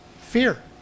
Fear